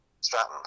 Stratton